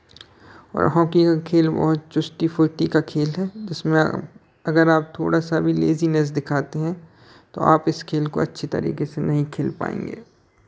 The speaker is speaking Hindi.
और हॉकी का खेल बहुत चुस्ती फुर्ती का खेल है तो इसमें अगर आप थोड़ा सा भी लैज़ीनेस दिखाते हैं तो आप इस खेल को अच्छे तरीके से नहीं खेल पायेंगे